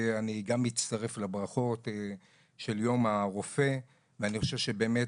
אני גם מצטרף לברכות של יום הרופא ואני חושב שבאמת,